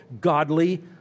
godly